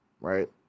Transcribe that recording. right